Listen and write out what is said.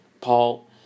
Paul